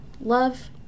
love